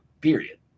period